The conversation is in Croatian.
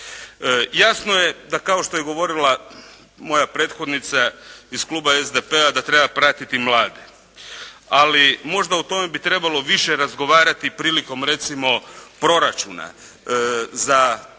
Jasno je da kao što je govorila moja prethodnica iz Kluba SDP-a da treba pratiti mlade. Ali možda u tome bi trebalo više razgovarati prilikom recimo proračuna za neku